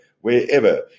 wherever